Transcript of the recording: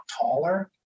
taller